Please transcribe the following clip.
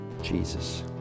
Jesus